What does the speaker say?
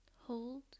Hold